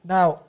Now